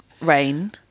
rain